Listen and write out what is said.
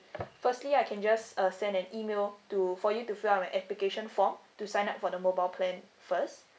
firstly I can just uh send an email to for you to fill up an application form to sign up for the mobile plan first